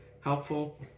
helpful